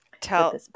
Tell